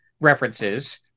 references